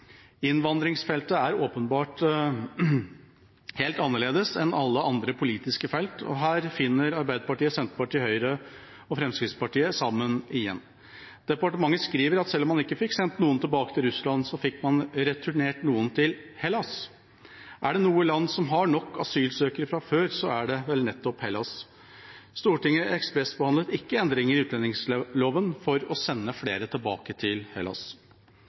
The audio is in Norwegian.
Innvandringsfeltet er åpenbart helt annerledes enn alle andre politiske felt, og her finner Arbeiderpartiet, Senterpartiet, Høyre og Fremskrittspartiet sammen igjen. Departementet skriver at selv om man ikke fikk sendt noen tilbake til Russland, fikk man returnert noen til Hellas. Er det noe land som har nok asylsøkere fra før, er det vel nettopp Hellas. Stortinget ekspressbehandlet ikke endringer i utlendingsloven for å sende flere tilbake til Hellas.